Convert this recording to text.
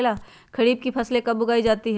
खरीफ की फसल कब उगाई जाती है?